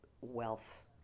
wealth